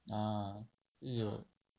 ah 自由